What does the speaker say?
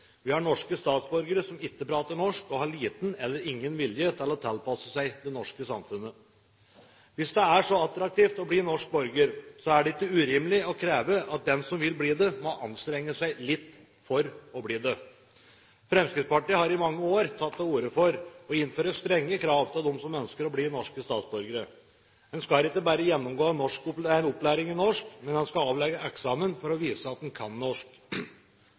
Vi har norske statsborgere som ikke prater norsk og har liten eller ingen vilje til å tilpasse seg det norske samfunnet. Hvis det er så attraktivt å bli norsk borger, er det ikke urimelig å kreve at den som vil bli det, må anstrenge seg litt for å bli det. Fremskrittspartiet har i mange år tatt til orde for å innføre strenge krav til dem som ønsker å bli norske statsborgere. En skal ikke bare gjennomgå opplæring i norsk, men en skal avlegge eksamen for å vise at en kan norsk.